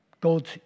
God